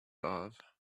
love